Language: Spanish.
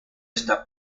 está